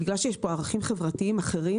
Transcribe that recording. בגלל שיש פה ערכים חברתיים אחרים,